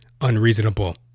unreasonable